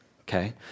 okay